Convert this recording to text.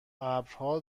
ابرها